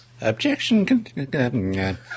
Objection